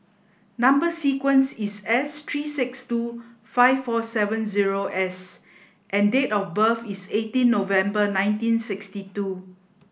number sequence is S three six two five four seven zero S and date of birth is eighteen November nineteen sixty two